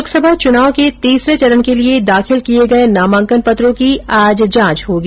लोकसभा चुनाव के तीसरे चरण के लिए दाखिल किये गये नामांकन पत्रों की आज जांच होगी